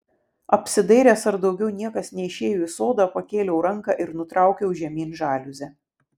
apsidairęs ar daugiau niekas neišėjo į sodą pakėliau ranką ir nutraukiau žemyn žaliuzę